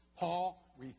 Paul